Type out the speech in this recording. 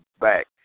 back